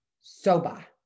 soba